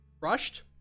Rushed